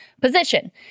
position